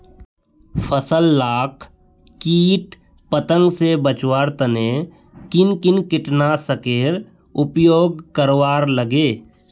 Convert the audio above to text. फसल लाक किट पतंग से बचवार तने किन किन कीटनाशकेर उपयोग करवार लगे?